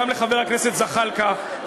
גם לחבר הכנסת זחאלקה,